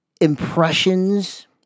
impressions